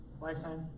Lifetime